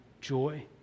joy